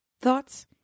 Thoughts